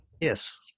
Yes